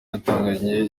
yatangije